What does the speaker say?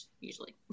usually